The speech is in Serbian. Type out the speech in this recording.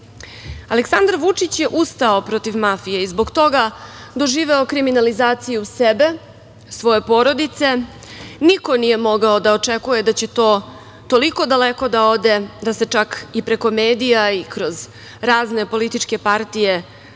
građana. Aleksandar Vučić je ustao protiv mafije i zbog toga doživeo kriminalizaciju sebe, svoje porodice. Niko nije mogao da očekuje da će to toliko daleko da ode, da se čak i preko medija i kroz razne političke partije